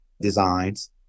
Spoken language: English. designs